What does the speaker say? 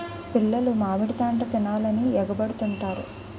పిల్లలు మామిడి తాండ్ర తినాలని ఎగబడుతుంటారు